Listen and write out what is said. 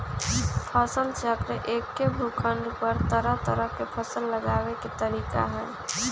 फसल चक्र एक्के भूखंड पर तरह तरह के फसल लगावे के तरीका हए